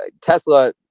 Tesla